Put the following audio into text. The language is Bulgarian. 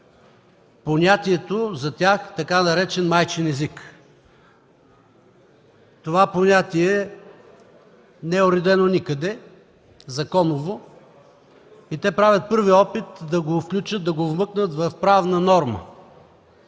понятието за тях така наречен „майчин език”. Това понятие не е уредено никъде законово и те правят първи опит да го включат, да го вмъкнат в правна норма.